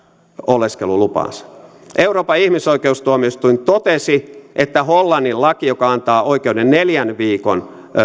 oleskelulupaansa euroopan ihmisoikeustuomioistuin totesi että hollannin laki joka antaa oikeuden neljän viikon